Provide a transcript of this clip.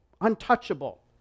untouchable